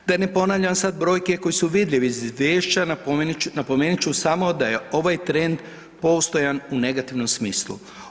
Da ne ponavljam sad brojke koje su vidljive iz izvješća, napomenut ću samo da je ovaj trend postojan u negativnom smislu.